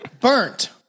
Burnt